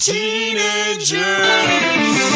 Teenagers